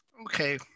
Okay